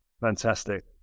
Fantastic